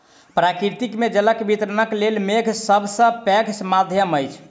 प्रकृति मे जलक वितरणक लेल मेघ सभ सॅ पैघ माध्यम अछि